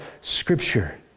scripture